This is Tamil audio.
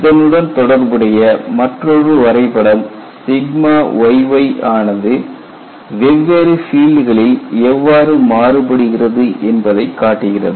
இதனுடன் தொடர்புடைய மற்றொரு வரைபடம் yy ஆனது வெவ்வேறு பீல்டுகளில் எவ்வாறு மாறுபடுகிறது என்பதை காட்டுகிறது